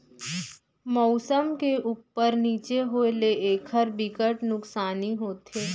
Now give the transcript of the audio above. मउसम के उप्पर नीचे होए ले एखर बिकट नुकसानी होथे